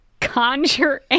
conjure